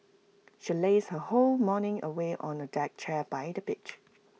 she lazed her whole morning away on A deck chair by the beach